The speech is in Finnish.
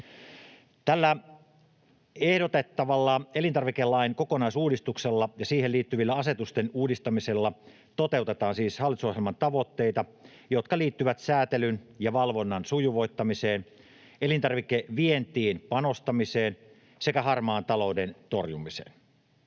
Tällä ehdotettavalla elintarvikelain kokonaisuudistuksella ja siihen liittyvällä asetusten uudistamisella toteutetaan siis hallitusohjelman tavoitteita, jotka liittyvät sääntelyn ja valvonnan sujuvoittamiseen, elintarvikevientiin panostamiseen sekä harmaan talouden torjumiseen.